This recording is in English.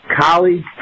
College